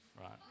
right